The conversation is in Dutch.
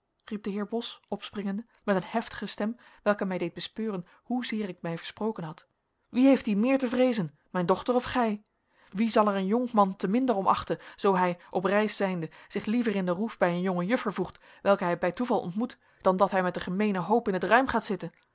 de heer bos opspringende met een heftige stem welke mij deed bespeuren hoezeer ik mij versproken had wie heeft die meer te vreezen mijn dochter of gij wie zal er een jonkman te minder om achten zoo hij op reis zijnde zich liever in de roef bij een jonge juffer voegt welke hij bij toeval ontmoet dan dat hij met den gemeenen hoop in het ruim gaat zitten